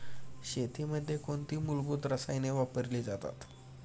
शेतीमध्ये कोणती मूलभूत रसायने वापरली जातात?